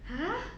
!huh!